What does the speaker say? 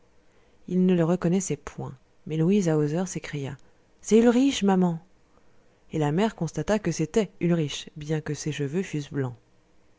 ils ne le reconnaissaient point mais louise hauser s'écria c'est ulrich maman et la mère constata que c'était ulrich bien que ses cheveux fussent blancs